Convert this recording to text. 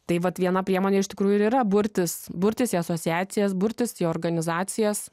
tai vat viena priemonė iš tikrųjų ir yra burtis burtis į asociacijas burtis į organizacijas